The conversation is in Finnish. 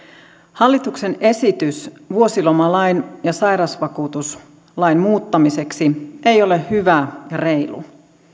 hallituksen esitys vuosilomalain ja sairausvakuutuslain muuttamiseksi ei ole hyvä ja reilu